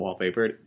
wallpapered